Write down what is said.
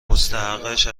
مستحقش